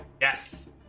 Yes